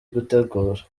gutegura